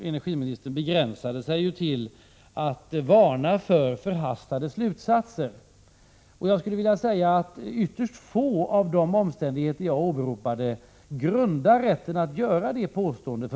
Energiministern begränsade sig ju till att varna för förhastade slutsatser. Ytterst få av de omständigheter som jag åberopade grundar rätten att göra det påståendet.